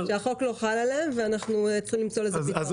החוק לא חל עליהם ואנחנו צריכים למצוא לזה פתרון.